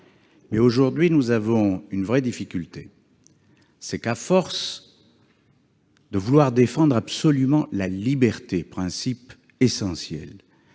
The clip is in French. aujourd'hui, nous avons une vraie difficulté : à force de vouloir défendre absolument la liberté, principe essentiel,